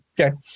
Okay